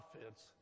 offense